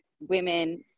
women